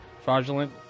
fraudulent